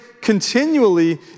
continually